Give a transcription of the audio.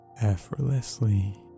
effortlessly